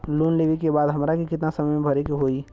Loan लेवे के बाद हमरा के कितना समय मे भरे के होई?